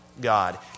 God